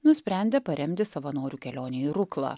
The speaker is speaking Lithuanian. nusprendė paremti savanorių kelionę į ruklą